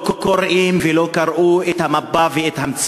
אם הם רוצים דיון במליאה, אנחנו